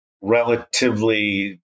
relatively